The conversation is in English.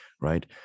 right